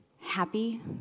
happy